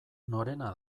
norena